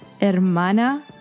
hermana